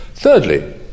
Thirdly